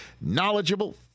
knowledgeable